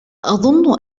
أظن